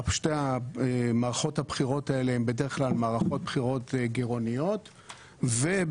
שתי מערכות הבחירות האלה הן בדרך כלל מערכות בחירות גירעוניות ובמהלך